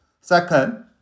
Second